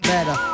Better